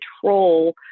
control